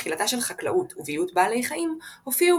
לתחילתה של חקלאות וביות בעלי חיים הופיעו